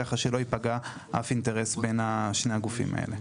ככה שלא ייפגע אף אינטרס בין שני הגופים האלה.